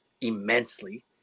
immensely